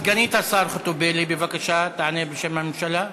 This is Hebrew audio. סגנית השר חוטובלי תענה בשם הממשלה.